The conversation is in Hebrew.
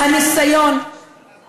אם זה לא יגיע, זה